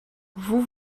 vous